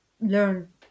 learn